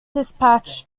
dispatch